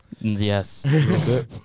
yes